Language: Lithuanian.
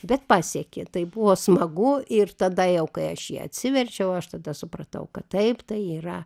bet pasiekė tai buvo smagu ir tada jau kai aš jį atsiverčiau aš tada supratau kad taip tai yra